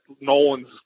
Nolan's